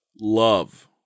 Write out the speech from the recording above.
love